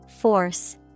Force